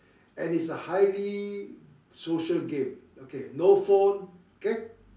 and is a highly social game okay no phone okay